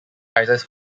prizes